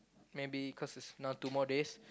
maybe cause it's now two more days